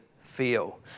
feel